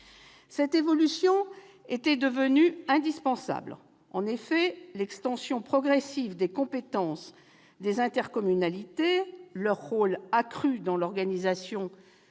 Cette évolution était devenue indispensable. En effet, l'extension progressive des compétences des intercommunalités, leur rôle accru dans l'organisation des